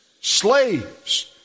slaves